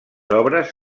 obres